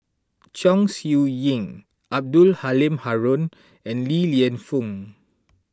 Chong Siew Ying Abdul Halim Haron and Li Lienfung